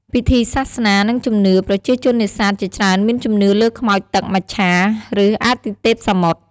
ពិធីសាសនា និងជំនឿ ប្រជាជននេសាទជាច្រើនមានជំនឿលើខ្មោចទឹក មច្ឆា ឬអាទិទេពសមុទ្រ។